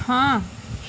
हां